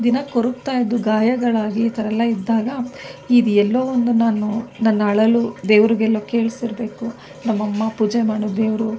ದಿನಾ ಕೊರಗ್ತಾಯಿದ್ದು ಗಾಯಗಳಾಗಿ ಈ ಥರ ಎಲ್ಲ ಇದ್ದಾಗ ಇದು ಎಲ್ಲೋ ಒಂದು ನಾನು ನನ್ನ ಅಳಲು ದೇವರಿಗೆಲ್ಲೋ ಕೇಳಿಸಿರಬೇಕು ನಮ್ಮಮ್ಮ ಪೂಜೆ ಮಾಡೋ ದೇವರು